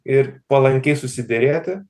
ir palankiai susiderėti